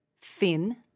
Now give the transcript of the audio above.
thin